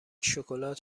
شکلات